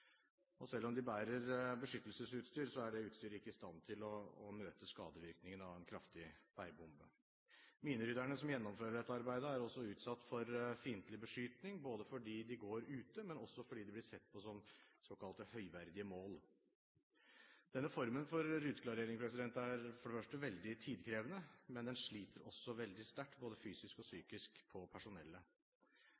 personell. Selv om de bærer beskyttelsesutstyr, er det utstyret ikke i stand til å møte skadevirkningene av en kraftig veibombe. Minerydderne som gjennomfører dette arbeidet, er også utsatt for fiendtlig beskytning, både fordi de går ute, og fordi de blir sett på som såkalt høyverdige mål. Denne formen for ruteklarering er for det første veldig tidkrevende, og den sliter også veldig sterkt både fysisk og